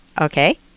okay